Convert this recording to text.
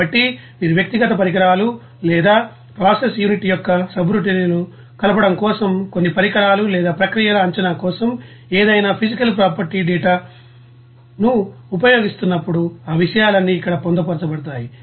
కాబట్టి మీరు వ్యక్తిగత పరికరాలు లేదా ప్రాసెస్ యూనిట్ యొక్క సబ్రౌటిన్లను కలపడం ద్వారా కొన్ని పరికరాలు లేదా ప్రక్రియల అంచనా కోసం ఏదైనా ఫిసికల్ ప్రాపర్టీ డేటా ను ఉపయోగిస్తున్నప్పుడు ఆ విషయాలన్నీ ఇక్కడ పొందుపరచబడతాయి